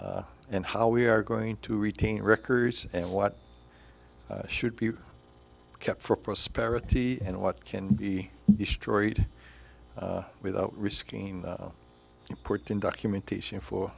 what and how we are going to retain records and what should be kept for prosperity and what can be destroyed without risking importing documentation for